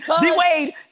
D-Wade